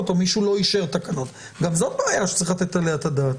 או מישהו לא אישר תקנות גם זאת בעיה שצריך לתת עליה את הדעת.